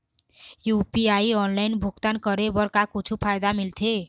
UPI online भुगतान करे बर का कुछू फायदा मिलथे?